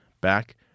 back